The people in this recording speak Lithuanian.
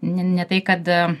n ne tai kad